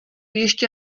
ještě